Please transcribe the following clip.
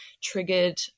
triggered